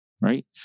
right